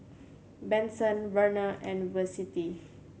Benson Verna and Vicente